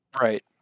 Right